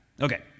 Okay